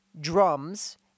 drums